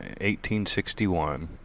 1861